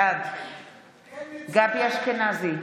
בעד גבי אשכנזי,